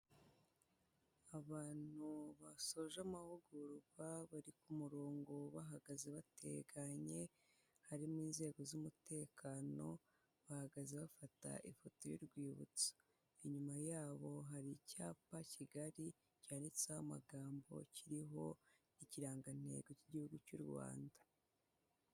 Abantu basoje amahugurwa bari ku murongo bahagaze batekanye, hari n'inzego z'umutekano bahagaze bafata ifoto y'urwibutso, inyuma yabo hari icyapa kigari cyanditseho amagambo kiriho ikirangantego cy'igihugu cy'u Rwanda.